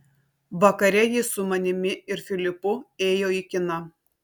vakare jis su manimi ir filipu ėjo į kiną